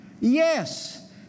Yes